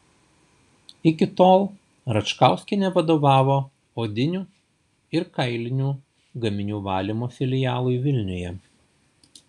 iki tol račkauskienė vadovavo odinių ir kailinių gaminių valymo filialui vilniuje